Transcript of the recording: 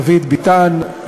דוד ביטן,